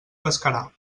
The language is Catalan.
pescarà